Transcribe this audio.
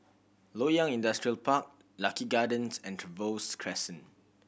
Loyang Industrial Park Lucky Gardens and Trevose Crescent